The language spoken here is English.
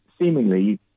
seemingly